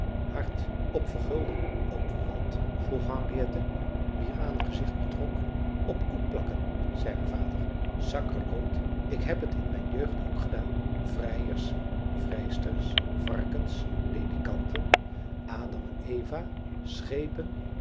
hart op vergulden op wat vroeg henriette wier aangezicht betrok op koekplakken zei haar vader sakkerloot ik heb het in mijn jeugd ook gedaan vrijers vrijsters varkens ledikanten adam en eva schepen